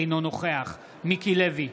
אינו נוכח מיקי לוי,